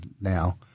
now